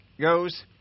goes